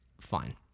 Fine